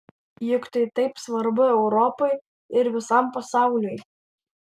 juk tai taip svarbu europai ir visam pasauliui